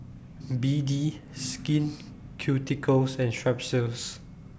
B D Skin Ceuticals and Strepsils